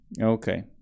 Okay